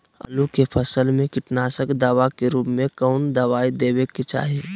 आलू के फसल में कीटनाशक दवा के रूप में कौन दवाई देवे के चाहि?